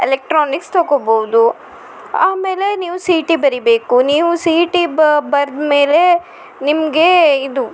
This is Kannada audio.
ಎಲೆಕ್ಟ್ರಾನಿಕ್ಸ್ ತೊಕೊಬೌದು ಆಮೇಲೆ ನೀವು ಸಿ ಇ ಟಿ ಬರಿಬೇಕು ನೀವು ಸಿ ಇ ಟಿ ಬರ್ದ ಮೇಲೆ ನಿಮಗೆ ಇದು